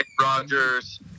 Rogers